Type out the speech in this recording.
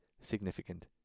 significant